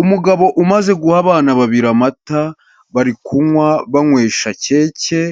Umugabo umaze guha abana babiri amata, bari kunkwa bankwesha keke,